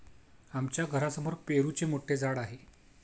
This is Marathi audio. आमच्या घरासमोर पेरूचे मोठे झाड आहे